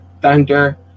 thunder